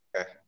Okay